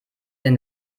den